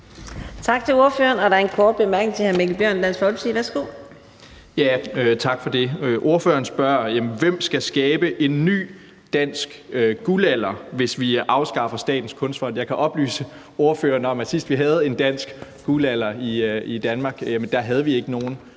Tak til ordføreren. Der er en kort bemærkning fra hr. Mikkel Bjørn, Dansk Folkeparti. Værsgo. Kl. 20:13 Mikkel Bjørn (DF): Tak for det. Ordføreren spørger: Hvem skal skabe en ny dansk guldalder, hvis vi afskaffer Statens Kunstfond? Jeg kan oplyse ordføreren om, at sidst vi havde en dansk guldalder, havde vi ikke nogen